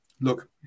Look